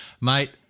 mate